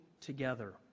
together